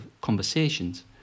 conversations